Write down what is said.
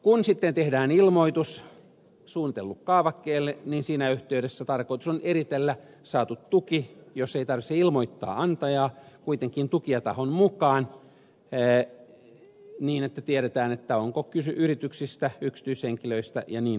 kun sitten tehdään ilmoitus suunnitellulle kaavakkeelle niin siinä yhteydessä tarkoitus on eritellä saatu tuki jossa ei tarvitse ilmoittaa antajaa kuitenkin tukijatahon mukaan niin että tiedetään onko kyse yrityksistä yksityishenkilöistä ja niin edelleen